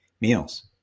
meals